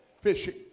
fishing